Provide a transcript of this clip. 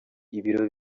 ibiro